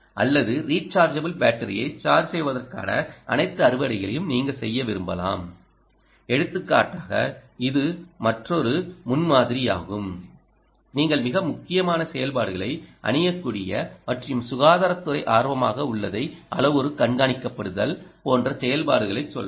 அல்லது ரிச்சார்ஜபிள் பேட்டரியை சார்ஜ் செய்வதற்கான அனைத்து அறுவடைகளையும் நீங்கள் செய்ய விரும்பலாம் எடுத்துக்காட்டாக இது மற்றொரு முன்மாதிரியாகும் நீங்கள் மிக முக்கியமான செயல்பாடுகளை அணியக்கூடிய மற்றும் சுகாதாரத்துறை ஆர்வமாக உள்ளதைப் அளவுரு கண்காணிக்கப்படுதல் போன்ற செயல்பாடுகளைச் சொல்லலாம்